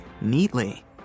neatly